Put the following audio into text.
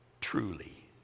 truly